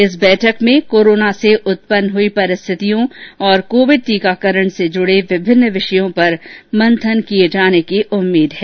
इस बैठक में कोरोना से उत्पन्न हुई परिस्थितियों तथा कोविड टीकॉकरण से जुडे विभिन्न विषयों पर मंथन किये जाने की उम्मीद है